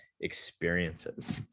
experiences